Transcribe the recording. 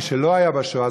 מי שלא היה בשואה,